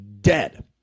dead